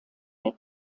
der